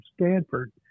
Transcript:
Stanford